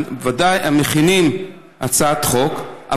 ודאי מכינים הצעת חוק,